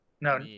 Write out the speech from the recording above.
No